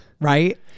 right